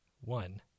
One